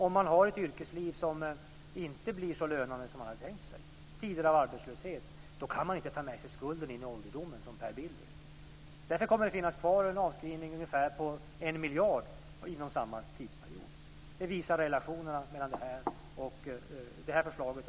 Om man har ett yrkesliv som inte blir så lönande som man tänkt sig, t.ex. i tider av arbetslöshet, kan man inte ta med sig skulden in i ålderdomen som Per Bill vill. Därför kommer det att finnas kvar en avskrivning på ungefär 1 miljard inom samma tidsperiod. Det visar relationerna mellan det här förslaget och det nuvarande systemet.